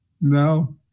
No